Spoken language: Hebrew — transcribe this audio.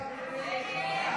סעיף